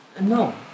no